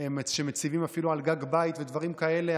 שמציבים אפילו על גג בית ודברים כאלה,